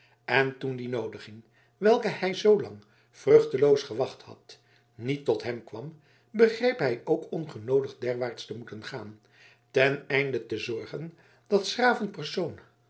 en toen die noodiging welke hij zoolang vruchteloos gewacht had niet tot hem kwam begreep hij ook ongenoodigd derwaarts te moeten gaan ten einde te zorgen dat s graven persoon